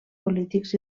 polítics